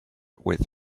with